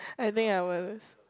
I think I will lose